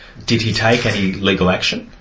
did he take any legal action?